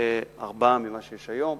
פי-ארבעה ממה שיש היום.